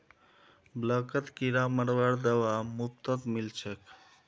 ब्लॉकत किरा मरवार दवा मुफ्तत मिल छेक